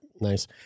Nice